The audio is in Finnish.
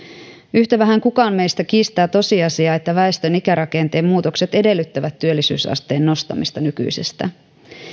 yhtä vähän kukaan meistä kiistää tosiasiaa että väestön ikärakenteen muutokset edellyttävät työllisyysasteen nostamista nykyisestä